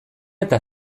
eta